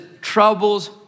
Troubles